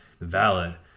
valid